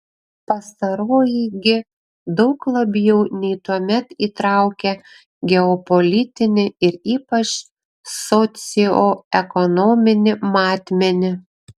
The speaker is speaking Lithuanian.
pastaroji gi daug labiau nei tuomet įtraukia geopolitinį ir ypač socioekonominį matmenį